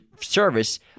service